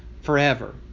forever